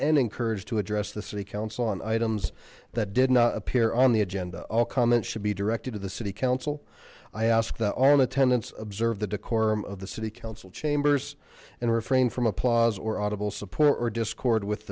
and encouraged to address the city council on items that did not appear on the agenda all comments should be directed to the city council i ask that all in attendance observe the decorum of the city council chambers and refrain from applause or audible support or discord with